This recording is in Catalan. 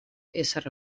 ésser